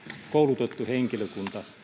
koulutettu henkilökunta suunnitelmallisesti